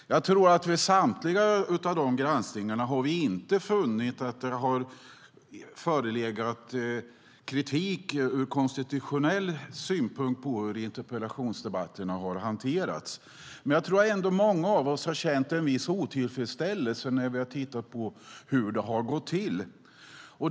Jag tror att vi vid samtliga granskningar har funnit att det inte har förelegat någon kritik ur konstitutionell synpunkt mot hur interpellationsdebatterna har hanterats. Men jag tror att många av oss har känt en viss otillfredsställelse när vi har tittat på hur det har gått till.